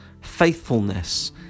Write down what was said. faithfulness